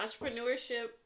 Entrepreneurship